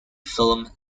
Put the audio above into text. film